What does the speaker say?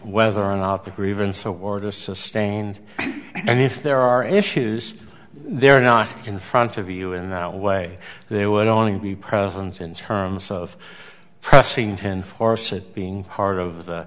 whether or not the grievance award is sustained and if there are issues there or not in front of you in that way they would only be present in terms of pressing ten forces being part of the